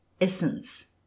essence